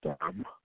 dumb